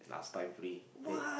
last time free eh